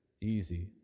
easy